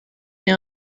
mais